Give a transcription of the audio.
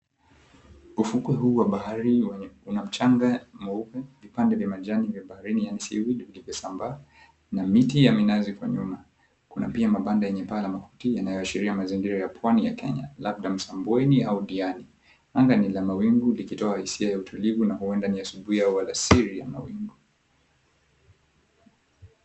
Ufukwe huu wa bahari una mchanga mweupe, vipande vya majani ya baharini yaani seaweed vilivyosambaa na miti ya minazi kwa nyuma. Kuna pia mabanda yenye paa la makuti yanayoashiria mazingira ya Pwani ya Kenya labda Msambweni au Diani. Anga ni la mawingu likitoa hisia ya utulivu na huenda ni asubuhi au alasiri ya mawingu.